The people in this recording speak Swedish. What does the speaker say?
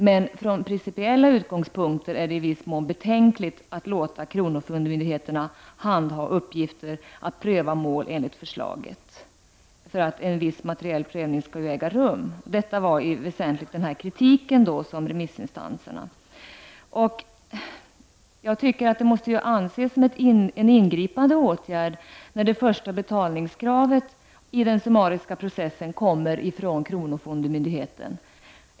Men från principiella utgångspunkter är det i viss mån betänkligt att låta kronofogdemyndigheterna handha uppgiften att pröva mål enlig det förslaget för att en viss materiell prövning skall äga rum. Detta är i allt väsentligt kritiken från remissinstanserna. Det måste anses som en ingripande åtgärd när det första betalningskravet i den summariska processen kommer från kronofogdemyndigheten.